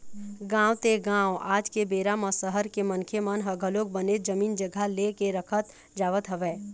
गाँव ते गाँव आज के बेरा म सहर के मनखे मन ह घलोक बनेच जमीन जघा ले के रखत जावत हवय